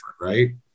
right